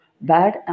bad